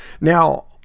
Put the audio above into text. Now